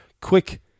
quick